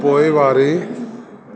पोएवारी